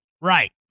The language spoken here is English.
Right